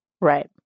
Right